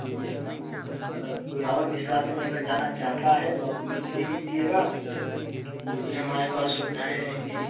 S ma'am अगर कोई और भी साथ में अगर जाना चाहता है तो आप उन्हें भी ले लीजिएगा जो भी हमारे पास सुविधाएँ रहेंगी